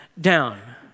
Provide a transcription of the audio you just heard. down